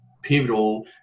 Pivotal